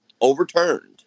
overturned